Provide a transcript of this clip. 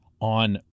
on